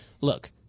look